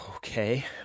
okay